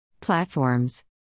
Platforms